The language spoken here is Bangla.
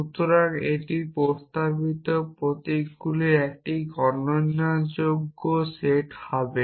সুতরাং এটি প্রস্তাবিত প্রতীকগুলির একটি গণনাযোগ্য সেট হবে